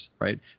right